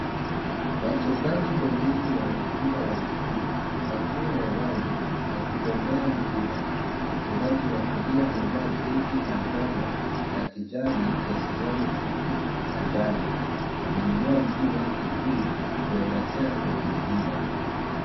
Wachezaji waili wa mpira wa miguu wakiwa hewani wakigombea mpira. Mchezaji wa kulia amevaa jezi na njano na kijani ya suruali fupi na njano. Ameinua mguu wake juu kuelekea kwenye mpira.